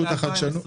לחדשנות.